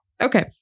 Okay